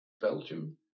Belgium